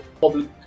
public